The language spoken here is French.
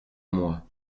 moi